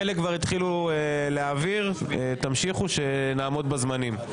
חלק כבר התחילו להעביר, תמשיכו, שנעמוד בזמנים.